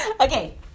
Okay